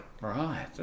Right